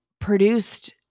produced